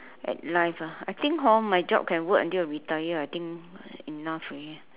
at life ah I think hor my job can work until I retire I think enough already